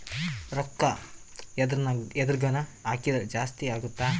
ರೂಕ್ಕ ಎದ್ರಗನ ಹಾಕಿದ್ರ ಜಾಸ್ತಿ ಅಗುತ್ತ